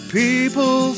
people